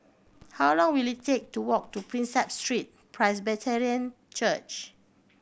how long will it take to walk to Prinsep Street Presbyterian Church